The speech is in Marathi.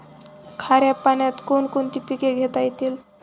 खाऱ्या पाण्यात कोण कोणती पिके घेता येतील?